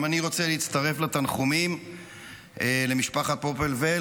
גם אני רוצה להצטרף לתנחומים למשפחת פופלוול.